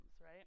right